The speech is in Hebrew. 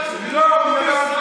תתבייש